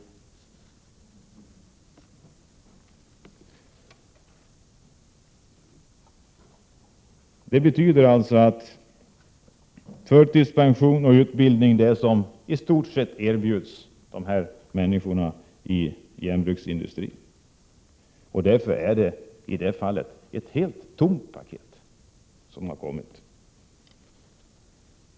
Allt detta innebär att förtidspension och utbildning i stort sett är vad som erbjuds människorna i järnbruksindustrin. I detta avseende är det paket som har kommit helt tomt.